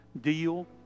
deal